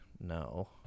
no